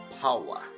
power